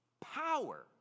power